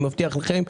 אני מבטיח לכם.